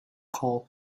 called